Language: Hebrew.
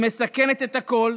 היא מסכנת את הכול,